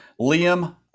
Liam